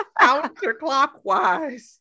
counterclockwise